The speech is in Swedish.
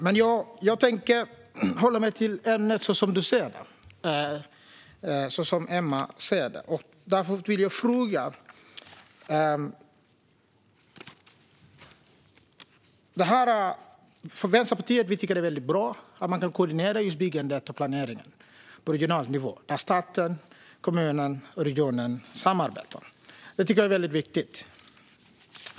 Men jag tänker hålla mig till ämnet så som Emma Hult ser det. Vi i Vänsterpartiet tycker att det är bra att man kan koordinera byggandet och planeringen på regional nivå. Att staten, kommunen och regionen samarbetar är viktigt.